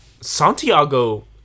Santiago